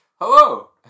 Hello